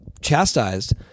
chastised